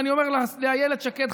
ואני אומר לאילת שקד,